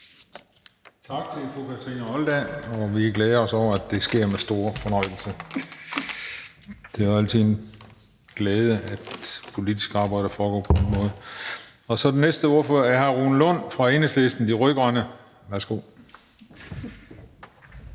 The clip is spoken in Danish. Tak til fru Kathrine Olldag. Vi glæder os over, at det sker med stor fornøjelse. Det er jo altid en glæde, at politisk arbejde foregår på den måde. Så er den næste ordfører hr. Rune Lund fra Enhedslisten – De Rød-Grønne. Værsgo.